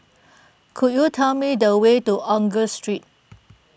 could you tell me the way to Angus Street